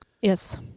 Yes